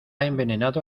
envenenado